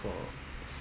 for